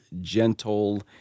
gentle